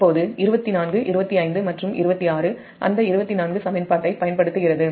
இப்போது 24 25 மற்றும் 26 அந்த 24 சமன்பாட்டைப் பயன்படுத்துகிறது